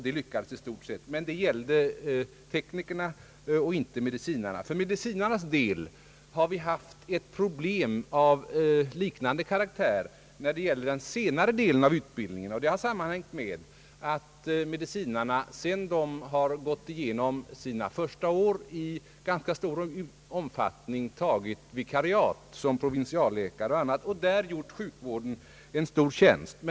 Det lyckades i stort sett. Men det gällde teknikerna och inte medicinarna. För medicinarnas del har vi haft ett problem av liknande karaktär när det gäller den senare delen av utbildningen. Det har sammanhängt med att medicinarna, sedan de har gått igenom sina första år, i ganska stor utsträckning har tagit vikariat såsom provinsialläkare eller annat och därigenom gjort sjukvården en stor tjänst.